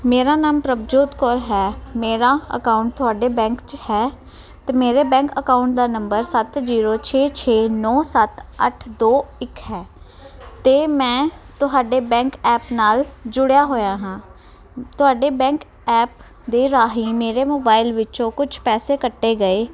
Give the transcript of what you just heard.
ਮੇਰਾ ਨਾਮ ਪ੍ਰਭਜੋਤ ਕੌਰ ਹੈ ਮੇਰਾ ਅਕਾਊਂਟ ਤੁਹਾਡੇ ਬੈਂਕ 'ਚ ਹੈ ਅਤੇ ਮੇਰੇ ਬੈਂਕ ਅਕਾਊਂਟ ਦਾ ਨੰਬਰ ਸੱਤ ਜੀਰੋ ਛੇ ਛੇ ਨੌਂ ਸੱਤ ਅੱਠ ਦੋ ਇੱਕ ਹੈ ਅਤੇ ਮੈਂ ਤੁਹਾਡੇ ਬੈਂਕ ਐਪ ਨਾਲ ਜੁੜਿਆ ਹੋਇਆ ਹਾਂ ਤੁਹਾਡੇ ਬੈਂਕ ਐਪ ਦੇ ਰਾਹੀਂ ਮੇਰੇ ਮੋਬਾਇਲ ਵਿੱਚੋਂ ਕੁਝ ਪੈਸੇ ਕੱਟੇ ਗਏ